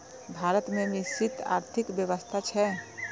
भारत मे मिश्रित आर्थिक व्यवस्था छै